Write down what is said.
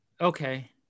Okay